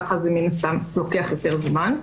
כך זה מן הסתם לוקח יותר זמן.